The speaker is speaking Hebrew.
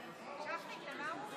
רבותיי חברי הכנסת,